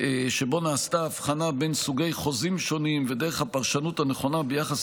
שבו נעשתה הבחנה בין סוגי חוזים שונים ודרך הפרשנות הנכונה ביחס